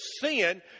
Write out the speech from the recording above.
sin